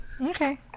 Okay